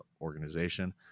organization